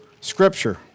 scripture